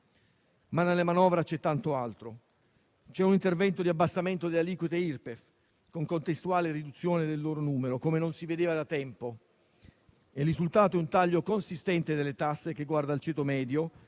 Ma nella manovra c'è tanto altro: c'è un intervento di abbassamento delle aliquote Irpef con contestuale riduzione del loro numero, come non se ne vedevano da tempo. Il risultato è un taglio consistente delle tasse che guarda al ceto medio,